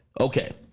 okay